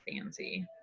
fancy